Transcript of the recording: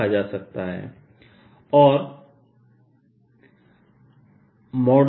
लिखा जा सकता है और